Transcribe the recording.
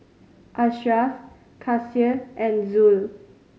Ashraf Kasih and Zul